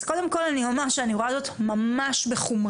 אז קודם כל אני אומר שאני רואה זאת ממש בחומרה,